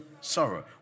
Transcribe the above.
sorrow